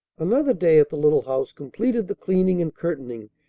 another day at the little house completed the cleaning and curtaining,